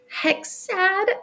hexad